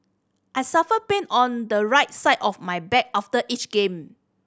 I suffer pain on the right side of my back after each game